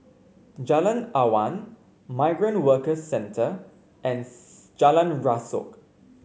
Jalan Awan Migrant Workers Centre and Jalan Rasok